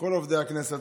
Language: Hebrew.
לכל עובדי הכנסת.